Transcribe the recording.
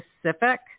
specific